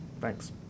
Thanks